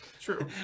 True